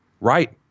right